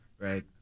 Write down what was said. Right